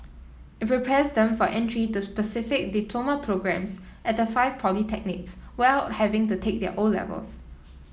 it prepares them for entry the specific diploma programmes at the five polytechnics while having to take their O levels